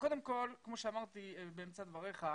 קודם כל, כמו שאמרתי באמצע דבריך,